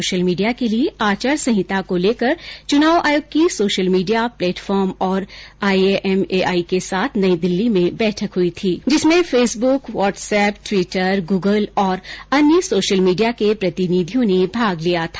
social media के लिए आचार संहिता को लेकर चुनाव आयोग की सोशल मीडिया प्लेटफॉर्म और आईए एमएआई के साथ नई दिल्ली में बैठक हई थी जिसमें फेसब्क व्हाट्सऐप ट्विटर ग्रगल और अन्य सोशल मीडिया के प्रतिनिधियों ने भाग लिया था